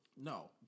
No